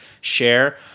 share